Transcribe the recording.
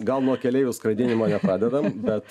gal nuo keleivių skraidinimo nepradedam bet